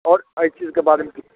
आओर एहि चीजके बारेमे